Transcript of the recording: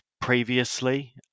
previously